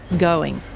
going,